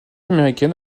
américaine